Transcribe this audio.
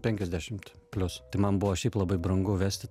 penkiasdešimt plius tai man buvo šiaip labai brangu vesti